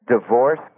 Divorce